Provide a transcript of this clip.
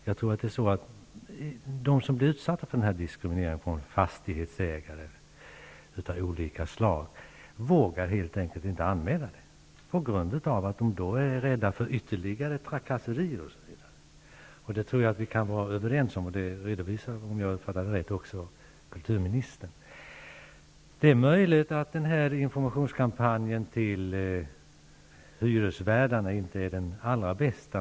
Jag tror nämligen att de som utsätts för diskriminering av olika slag från fastighetsägarnas sida helt enkelt inte vågar göra en anmälan. De är rädda för att de skall utsättas för t.ex. ytterligare trakasserier. Jag tror att vi är överens på den punkten, om jag nu uppfattade kulturministern rätt. Det är möjligt att nämnda informationskampanj riktad till hyresvärdarna inte är den allra bästa.